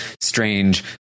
strange